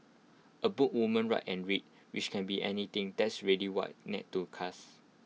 A book woman write and read which can be anything that's A really wide net to cast